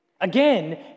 Again